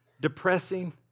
depressing